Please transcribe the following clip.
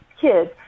kids